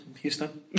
Houston